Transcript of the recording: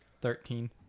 Thirteen